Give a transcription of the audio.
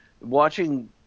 watching